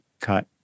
cut